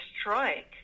strike